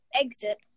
exit